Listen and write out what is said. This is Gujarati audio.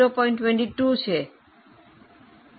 22 છે શું તમે સમજી શક્યા છો